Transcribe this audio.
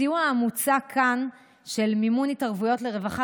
הסיוע המוצע כאן של מימון התערבויות לרווחה